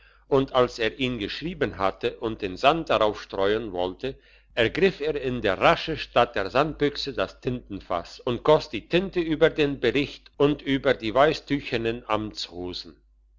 und als er ihn geschrieben hatte und den sand darauf streuen wollte ergriff er in der rasche statt der sandbüchse das tintenfass und goss die tinte über den bericht und über die weisstüchenen